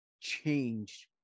changed